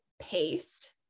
paste